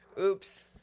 Oops